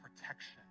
protection